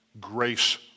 grace